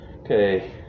Okay